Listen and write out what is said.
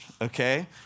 okay